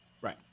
right